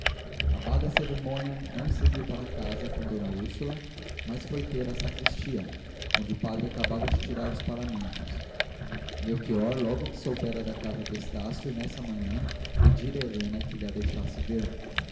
acabada a cerimônia não seguiu para casa com d úrsula mas foi ter à sacristia onde o padre acabava de tirar os paramentos melchior logo que soubera da carta de estácio nessa manhã pedira a helena que lha deixasse ver